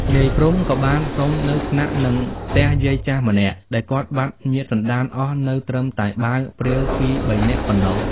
នាយ ព្រហ្ម ក៏បានសុំនៅស្នាក់នឹងផ្ទះយាយចាស់ម្នាក់ ដែលគាត់បាត់ញាតិសន្ដានអស់នៅត្រឹមតែបាវព្រាវពីរបីនាក់ប៉ុណ្ណោះ ។